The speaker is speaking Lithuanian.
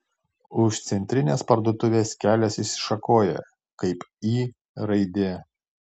už centrinės parduotuvės kelias išsišakoja kaip y raidė